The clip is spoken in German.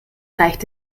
reicht